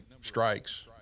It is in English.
strikes